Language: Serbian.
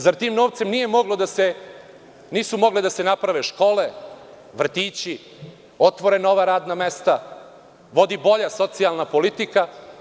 Zar tim novcem nisu mogle da se naprave škole, vrtići, otvore nova radna mesta, vodi bolja socijalna politika?